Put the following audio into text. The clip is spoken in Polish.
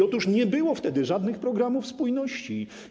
Otóż nie było wtedy żadnych programów spójności.